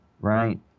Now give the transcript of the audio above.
right